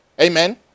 Amen